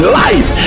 life